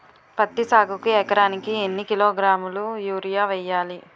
పత్తి సాగుకు ఎకరానికి ఎన్నికిలోగ్రాములా యూరియా వెయ్యాలి?